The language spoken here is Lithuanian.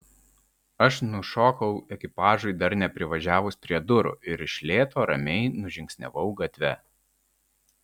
aš nušokau ekipažui dar neprivažiavus prie durų ir iš lėto ramiai nužingsniavau gatve